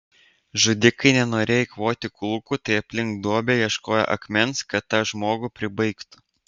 žudikai nenorėjo eikvoti kulkų tai aplink duobę ieškojo akmens kad tą žmogų pribaigtų